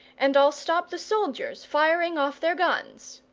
and i'll stop the soldiers firing off their guns!